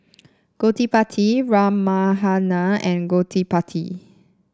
Gottipati Ramahana and Gottipati